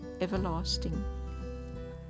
everlasting